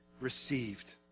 received